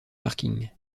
parking